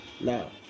Now